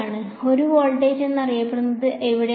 1 voltage എന്ന് അറിയപ്പെടുന്ന അത് എവിടെയാണ്